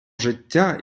життя